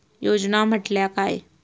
योजना म्हटल्या काय?